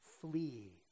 Flee